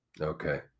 Okay